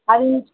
அது